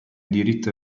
diritto